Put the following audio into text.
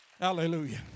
Hallelujah